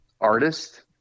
artist